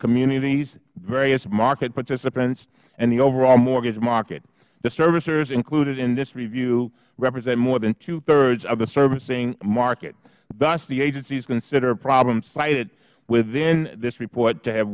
communities various market participants and the overall mortgage market the servicers included in this review represent more than twothirds of the servicing market thus the agencies consider problems cited within this report to have